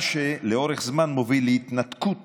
מה שלאורך זמן מוביל להתנתקות